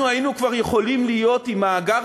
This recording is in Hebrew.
אנחנו כבר היינו יכולים להיות עם מאגר